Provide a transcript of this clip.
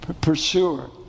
pursuer